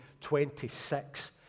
26